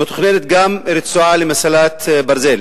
מתוכננת גם רצועה למסילת ברזל,